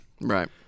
Right